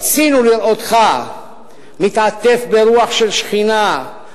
רצינו לראותך מתעטף ברוח של שכינה,